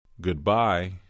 Goodbye